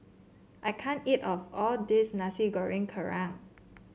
I can't eat of all this Nasi Goreng Kerang